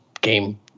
game